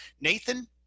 Nathan